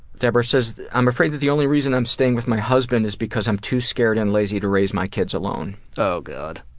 debra says i'm afraid that the only reason i'm staying with my husband is because i'm too scared and lazy to raise my kids alone. oh god.